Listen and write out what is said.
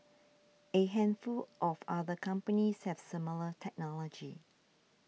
a handful of other companies have similar technology